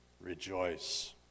rejoice